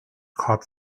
caught